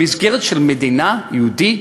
במסגרת של מדינה יהודית,